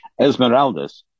Esmeraldas